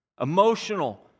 emotional